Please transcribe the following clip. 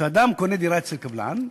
כשאדם קונה דירה אצל קבלן,